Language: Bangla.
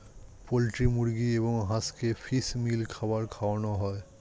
পোল্ট্রি মুরগি এবং হাঁসকে ফিশ মিল খাবার খাওয়ানো হয়